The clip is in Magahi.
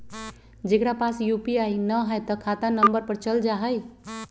जेकरा पास यू.पी.आई न है त खाता नं पर चल जाह ई?